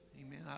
Amen